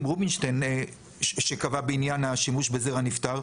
רובינשטיין שקבע בעניין השימוש בזרע נפטר.